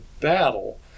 battle